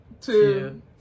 two